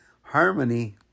harmony